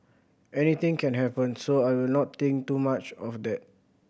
anything can happen so I will not think too much of that